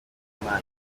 n’imana